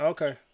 Okay